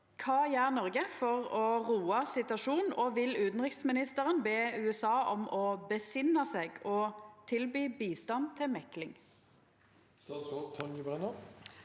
Kva gjer Noreg for å roa situasjonen, og vil utanriksministeren be USA om å besinna seg og tilby bistand til mekling?»